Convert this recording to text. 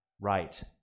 right